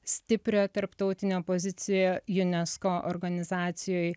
stiprią tarptautinę poziciją unesco organizacijoj